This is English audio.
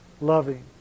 loving